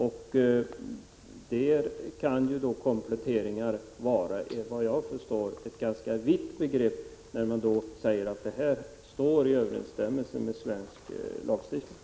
Enligt vad jag förstår kan kompletteringar vara ett ganska vitt begrepp, eftersom man säger att de står i överensstämmelse med svensk lagstiftning.